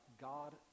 God